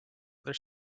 other